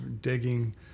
digging